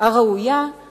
ראויה עם